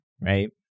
right